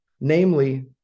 namely